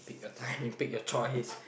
you time pick your choice